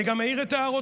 אני גם מעיר את הערותיי,